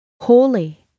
holy